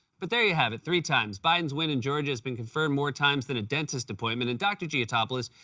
but there you have it, three times. biden's win in georgia has been confirmed more times than a dentist appointment. and, dr. giotopoulos,